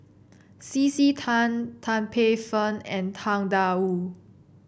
C C Tan Tan Paey Fern and Tang Da Wu